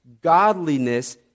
godliness